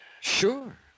Sure